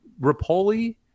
Rapoli